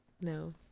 No